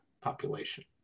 population